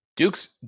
Duke's